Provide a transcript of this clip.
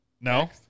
no